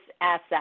asset